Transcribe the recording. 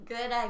Good